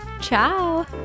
Ciao